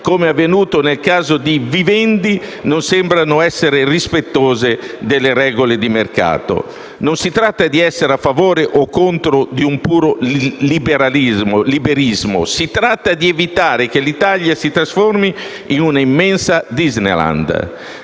come avvenuto nel caso di Vivendi, le relative strategie non sembrano essere rispettose delle regole di mercato. Si tratta non di essere a favore o contro un puro liberismo, ma di evitare che l'Italia si trasformi in un'immensa Disneyland,